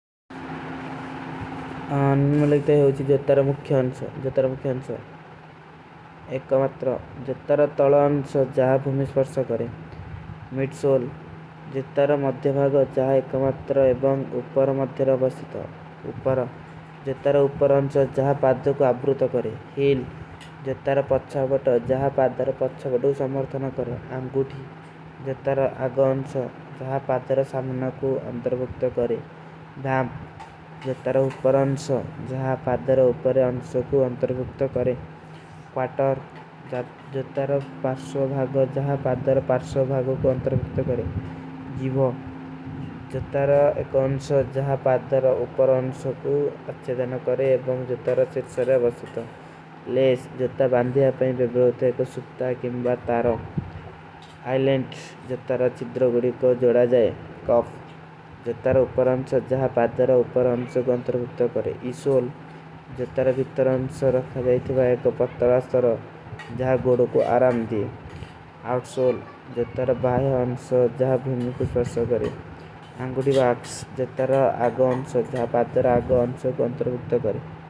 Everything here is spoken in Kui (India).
ଅନମସ୍ତେ, ମେରେ ଵ୍ଯାଖ୍ଯାନ ମେଂ ଆପକା ସ୍ଵାଗତ ହୈ। ଜତର ଉପର ଅନସୋ, ଜହାଂ ପାଦର ଉପର ଅନସୋ କୋ ଅଂତରଵିକ୍ତ କରେଂ। ପାଟର, ଜହାଂ ପାଦର ପାର୍ଶୋ ଭାଗୋ କୋ ଅଂତରଵିକ୍ତ କରେଂ। ଜୀଵୋ, ଜହାଂ ଏକ ଅନସୋ, ଜହାଂ ପାଦର ଉପର ଅନସୋ କୋ ଅଚ୍ଛେଦନ କରେଂ। ଏବଂ ଜହାଂ ଚିତସୋର୍ଯା ବସକୋ। ଲେଶ, ଜହାଂ ବାଂଧିଯା ପାଇଂ ଵିବ୍ରୋତେ କୋ ସୁକ୍ତା କେଂବା ତାରୋ। ଆଇଲେଂଟ, ଜହାଂ ଚିତ୍ରୋଗଡୀ କୋ ଜୋଡା ଜାଏ। କାଫ, ଜହାଂ ଉପର ଅନସୋ, ଜହାଂ ପାଦର ଉପର ଅନସୋ କୋ ଅଂତରଵିକ୍ତ କରେଂ।